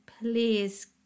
please